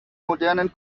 modernen